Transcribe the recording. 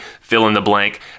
fill-in-the-blank